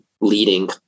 leading